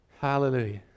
Hallelujah